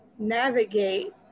navigate